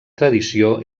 tradició